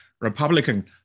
Republican